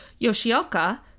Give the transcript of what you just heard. Yoshioka